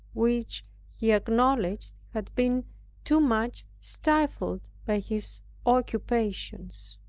which he acknowledged had been too much stifled by his occupations.